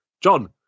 John